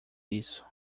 isso